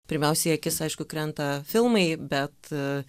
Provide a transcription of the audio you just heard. pirmiausia į akis aišku krenta filmai bet